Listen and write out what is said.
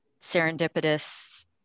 serendipitous